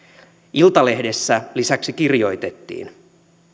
iltalehdessä lisäksi kirjoitettiin